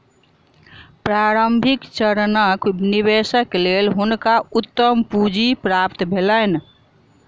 प्रारंभिक चरणक निवेशक लेल हुनका उद्यम पूंजी प्राप्त भेलैन